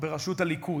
או בראשות הליכוד,